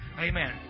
Amen